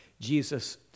Jesus